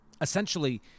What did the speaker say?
essentially